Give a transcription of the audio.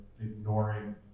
ignoring